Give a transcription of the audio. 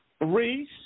Reese